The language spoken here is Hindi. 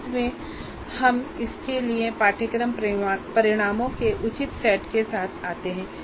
अंत में हम इसके लिए पाठ्यक्रम परिणामों के उचित सेट के साथ आते हैं